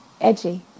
Edgy